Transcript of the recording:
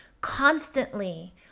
constantly